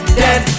dead